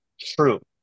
true